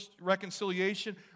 reconciliation